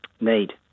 need